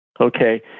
Okay